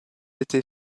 été